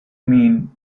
mean